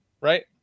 right